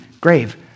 grave